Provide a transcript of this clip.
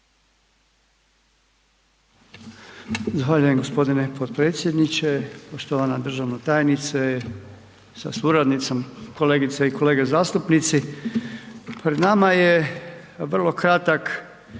Zahvaljujem g. potpredsjedniče. Poštovana državna tajnice sa suradnicom. Kolegice i kolege zastupnici. Pred nama je vrlo kratak